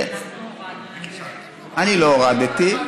אני לא הורדתי.